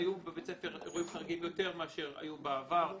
היו בבית ספר אירועים חריגים יותר מאשר היו בעבר.